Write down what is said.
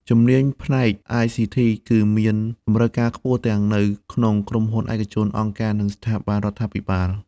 ជំនាញផ្នែក ICT គឺមានតម្រូវការខ្ពស់ទាំងនៅក្នុងក្រុមហ៊ុនឯកជន អង្គការ និងស្ថាប័នរដ្ឋាភិបាល។